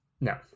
No